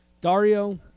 Dario